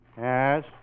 Yes